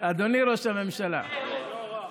זה לא רע.